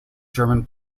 german